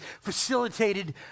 facilitated